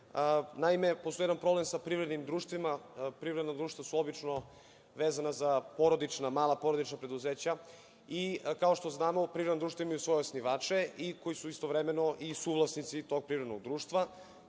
postoji jedan problem sa privrednim društvima. Privredna društva su obično vezana za porodična, mala porodična preduzeća i kao što znamo privredna društva imaju svoje osnivače koji su istovremeno i suvlasnici tog privrednog društva.